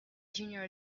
junior